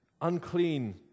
unclean